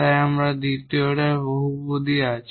তাই আমাদের দ্বিতীয় অর্ডার পলিনোমিয়াল আছে